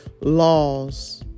laws